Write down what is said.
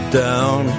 down